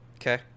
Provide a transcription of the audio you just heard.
Okay